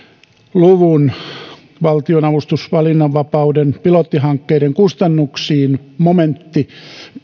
luvun valtionavustus valinnanvapauden pilottihankkeiden kustannuksiin momentti